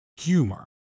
humor